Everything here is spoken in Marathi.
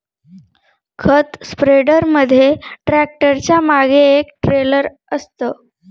खत स्प्रेडर मध्ये ट्रॅक्टरच्या मागे एक ट्रेलर असतं